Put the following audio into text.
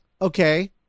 okay